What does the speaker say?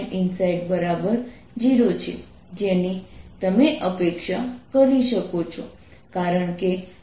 Minside0 છે જેની તમે અપેક્ષા કરી શકો કારણ કે આ યુનિફોર્મ મેગ્નેટાઇઝેશન છે